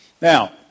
Now